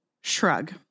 shrug